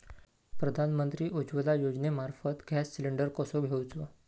प्रधानमंत्री उज्वला योजनेमार्फत gas cylinder कसो घेऊचो?